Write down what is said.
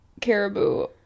caribou